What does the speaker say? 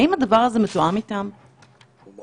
כמו